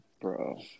Bro